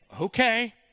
Okay